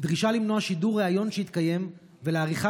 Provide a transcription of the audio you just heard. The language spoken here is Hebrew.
דרישה למנוע שידור ריאיון שהתקיים ולעריכה